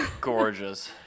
gorgeous